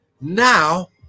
now